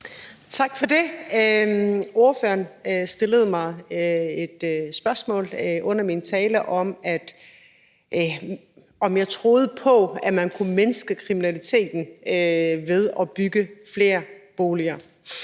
Tak for det. Ordføreren stillede mig efter min tale et spørgsmål om, om jeg troede på, at man kunne mindske kriminaliteten ved at bygge flere almene